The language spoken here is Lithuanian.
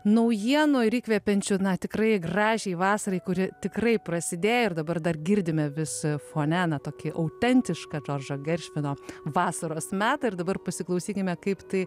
naujienų ir įkvepiančių na tikrai gražiai vasarai kuri tikrai prasidė ir dabar dar girdime vis fone na tokį autentišką džordžo geršvino vasaros metą ir dabar pasiklausykime kaip tai